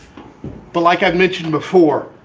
but like i mentioned before,